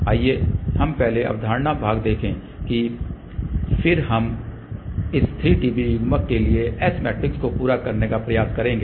आइए हम पहले अवधारणा भाग देखें और फिर हम इस 3 dB युग्मक के लिए S मैट्रिक्स को पूरा करने का प्रयास करेंगे